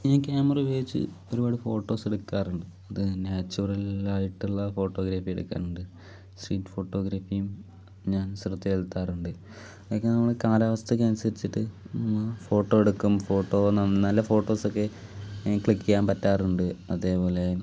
ഈ ക്യാമറ ഉപയോഗിച്ച് ഒരുപാട് ഫോട്ടോസ് എടുക്കാറുണ്ട് അത് നാച്ചുറൽ ആയിട്ട് ഉള്ള ഫോട്ടോഗ്രഫി എടുക്കാറുണ്ട് സ്ട്രീറ്റ് ഫോട്ടോഗ്രഫിയും ഞാൻ ശ്രദ്ധ ചെലുത്താറുണ്ട് അതൊക്കെ നമ്മൾ കാലാവസ്ഥക്ക് അനുസരിച്ചിട്ട് ഫോട്ടോ എടുക്കും ഫോട്ടോ നല്ല ഫോട്ടോസൊക്കെ എനിക്ക് ക്ലിക്ക് ചെയ്യാൻ പറ്റാറുണ്ട് അതേപോലെ